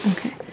Okay